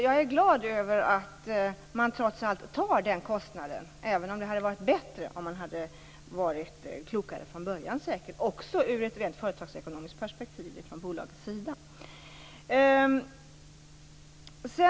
Jag är glad över att man trots allt tar den kostnaden, även om det hade varit bättre om bolaget hade varit klokare från början. Det hade också varit bättre ur ett rent företagsekonomiskt perspektiv.